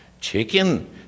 Chicken